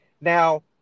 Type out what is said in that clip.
Now